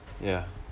ya